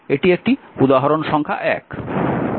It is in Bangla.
এটি উদাহরণ সংখ্যা 1